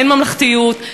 אין ממלכתיות,